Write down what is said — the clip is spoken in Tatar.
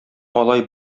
алай